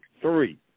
three